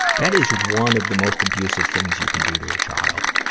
that is one of the most abusive things you could do to a child.